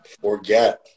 forget